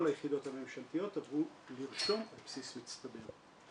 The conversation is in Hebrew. היחידות הממשלתיות עברו לרשום על בסיס מצטבר.